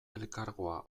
elkargoa